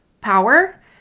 power